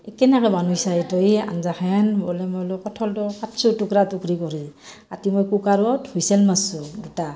কেনেকৈ বনাইছা এইটো এই আঞ্জাখেন বোলে মই বোলো কঁঠালটো কাটছোঁ টুকৰা টুকৰি কৰি কাটি মই কুকাৰত হুইছেল মাৰছোঁ দুটা